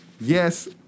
yes